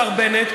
השר בנט,